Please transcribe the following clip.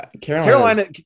Carolina